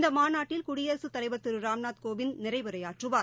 இந்த மாநாட்டில் குடியரசுத் தலைவர் திரு ராம்நாத்கோவிந்த் நிறைவுரையாற்றுவார்